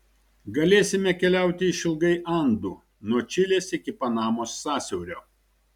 galėsime keliauti išilgai andų nuo čilės iki panamos sąsiaurio